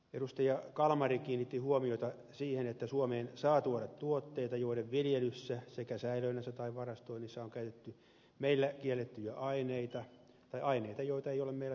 edustaja kalmari kiinnitti huomiota siihen että suomeen saa tuoda tuotteita joiden viljelyssä sekä säilönnässä tai varastoinnissa on käytetty meillä kiellettyjä aineita tai aineita joita ei ole meillä hyväksytty